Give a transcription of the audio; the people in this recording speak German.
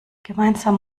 gemeinsam